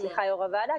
יו"ר הוועדה,